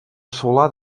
solar